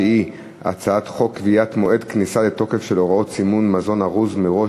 שהיא הצעת חוק קביעת מועד כניסה לתוקף של הוראות סימון מזון ארוז מראש,